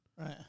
Right